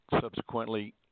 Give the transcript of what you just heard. Subsequently